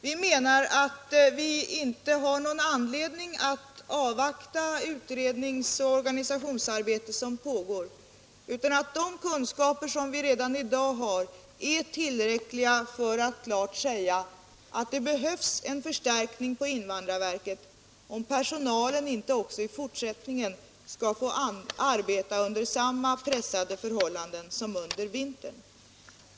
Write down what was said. Vi menar att vi inte har någon anledning att avvakta det utredningsoch organisationsarbete som pågår — de kunskaper som vi redan i dag har är tillräckliga för att klart säga att det behövs en förstärkning på invandrarverket, om personalen inte också i fortsättningen skall få arbeta under samma pressande förhållanden som under vintern.